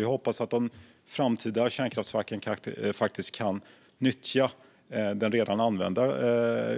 Vi hoppas att de framtida kärnkraftverken faktiskt kan nyttja det redan använda